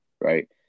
Right